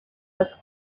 was